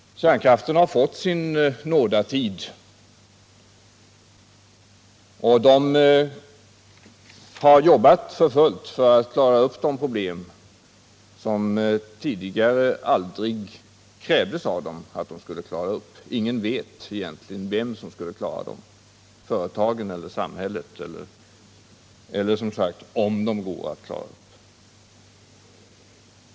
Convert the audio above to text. Kärnkraften har fått sin nådatid, och man har arbetat för fullt för att klara upp de problem som det tidigare aldrig krävdes att företagen skulle klara upp. Ingen visste egentligen under socialdemokratins regeringsperiod vem som skulle lösa problemen, om det var företagen eller samhället som skulle göra det — eller om de över huvud taget kan klaras upp.